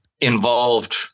involved